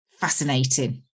fascinating